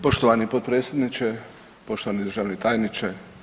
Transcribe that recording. Poštovani potpredsjedniče, poštovani državni tajniče.